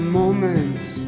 moments